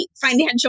financial